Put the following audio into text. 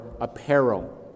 apparel